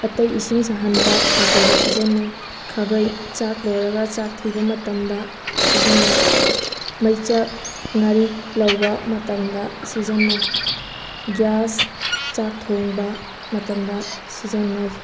ꯑꯇꯩ ꯏꯁꯤꯡ ꯁꯥꯍꯟꯕ ꯀꯩꯀꯩꯗ ꯁꯤꯖꯟꯅꯩ ꯈꯥꯕꯩ ꯆꯥꯛ ꯂꯣꯏꯔꯒ ꯆꯥꯛ ꯊꯤꯕ ꯃꯇꯝꯗ ꯁꯤꯖꯟꯅꯩ ꯃꯩꯆꯞ ꯉꯥꯔꯤ ꯂꯧꯕ ꯃꯇꯝꯗ ꯁꯤꯖꯟꯅꯩ ꯒ꯭ꯌꯥꯁ ꯆꯥꯛ ꯊꯣꯡꯕ ꯃꯇꯝꯗ ꯁꯤꯖꯟꯅꯩ